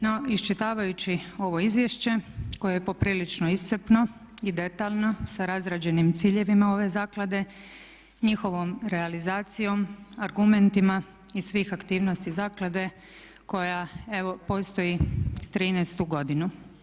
No, iščitavajući ovo izvješće koje je poprilično iscrpno i detaljno sa razrađenim ciljevima ove zaklade, njihovom realizacijom, argumentima i svi aktivnosti zaklade koja evo postoji '13.-tu godinu.